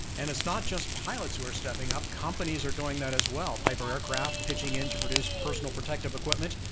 and it's not just pilots who are stepping up. companies are doing that as well. piper aircraft pitching in to produce personal protective equipment.